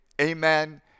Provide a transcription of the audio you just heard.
amen